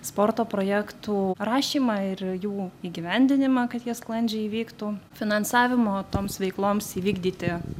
sporto projektų rašymą ir jų įgyvendinimą kad jie sklandžiai įvyktų finansavimo toms veikloms įvykdyti